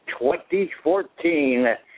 2014